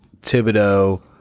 Thibodeau